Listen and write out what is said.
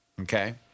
okay